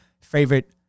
favorite